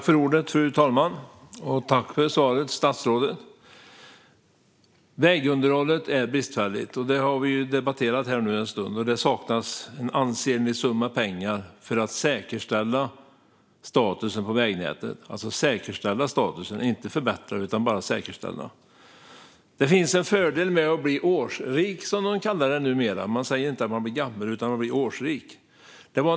Fru talman! Tack för svaret, statsrådet! Vägunderhållet är bristfälligt; det har vi debatterat här en stund. Det saknas en ansenlig summa pengar för att säkerställa statusen på vägnätet - alltså inte förbättra statusen utan endast säkerställa den. Det finns en fördel med att bli årsrik, som de kallar det numera. Man säger inte att man blir gammal utan att man blir årsrik.